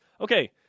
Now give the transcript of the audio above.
Okay